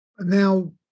Now